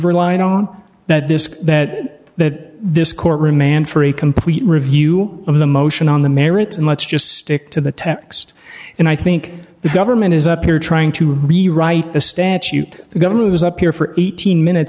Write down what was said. relied on that this that that this court remand for a complete review of the motion on the merits and let's just stick to the text and i think the government is up here trying to rewrite the statute the governor was up here for eighteen minutes